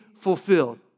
fulfilled